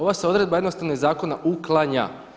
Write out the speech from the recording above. Ova se odredba jednostavno iz zakona uklanja.